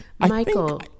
Michael